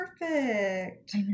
perfect